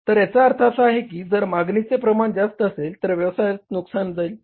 तर याचा अर्थ असा आहे की जर मागणीचे प्रमाण जास्त नसेल तर व्यवसाय नुकसानात जाईल